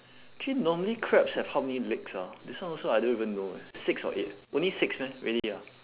actually normally crabs have how many legs ah this one also I don't even know eh six or eight only six meh really ah